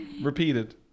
Repeated